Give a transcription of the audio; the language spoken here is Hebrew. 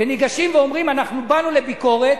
ניגשים ואומרים: אנחנו באנו לביקורת,